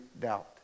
doubt